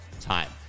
time